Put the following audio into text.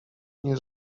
nie